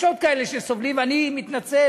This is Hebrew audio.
יש עוד כאלה שסובלים, ואני מתנצל